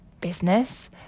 business